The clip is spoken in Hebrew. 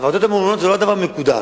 הוועדות הממונות זה לא דבר מקודש.